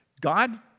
god